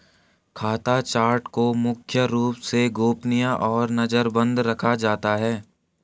खाता चार्ट को मुख्य रूप से गोपनीय और नजरबन्द रखा जाता है